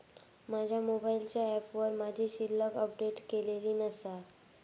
माझ्या मोबाईलच्या ऍपवर माझी शिल्लक अपडेट केलेली नसा